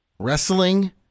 wrestling